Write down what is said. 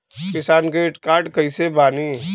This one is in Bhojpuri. किसान क्रेडिट कार्ड कइसे बानी?